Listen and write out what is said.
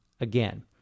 again